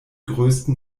größten